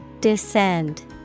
Descend